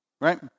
right